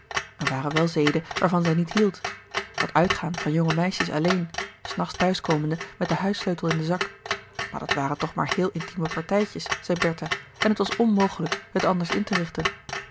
er waren wel zeden waarvan zij niet hield dat uitgaan van jonge meisjes alleen s nachts thuiskomende met den huissleutel in den zak maar dat waren toch maar heel intime partijtjes zei bertha en het was onmogelijk louis couperus de boeken der kleine zielen het anders in te richten